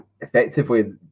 effectively